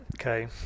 okay